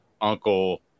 uncle